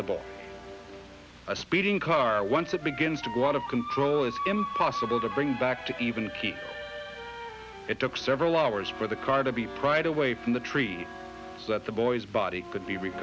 bull a speeding car once it begins to go out of control it's impost though to bring back to even keep it took several hours for the car to be pried away from the trees so that the boy's body could be